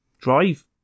drive